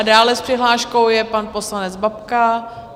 Dále s přihláškou je pan poslanec Babka.